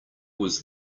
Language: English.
was